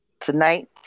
Tonight